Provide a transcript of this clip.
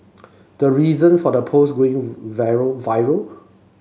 the reason for the post viral